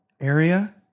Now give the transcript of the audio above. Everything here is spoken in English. area